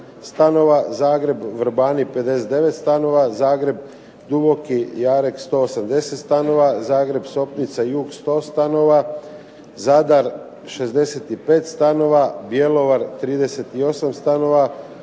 Zagreb Vrbani 59 stanova, Zagreb Duboki jarek 180 stanova, Zagreb Sopnica jug 100 stanova, Zadar 65 stanova, Bjelovar 38 stanova,